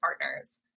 partners